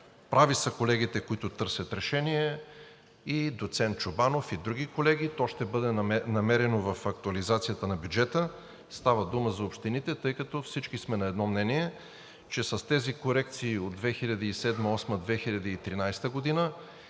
прави са колегите, които търсят решение, и доцент Чобанов, и други колеги. То ще бъде намерено в актуализацията на бюджета. Става дума за общините, тъй като всички сме на едно мнение, че с тези корекции от 2007 г., 2008 г.,